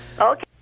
Okay